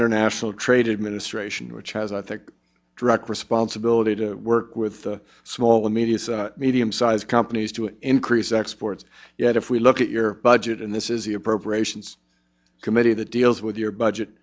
international trade administration which has a direct responsibility to work with the small immediate medium sized companies to increase exports yet if we look at your budget and this is the appropriations committee that deals with your budget